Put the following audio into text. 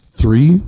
three